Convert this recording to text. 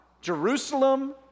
Jerusalem